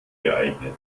geeignet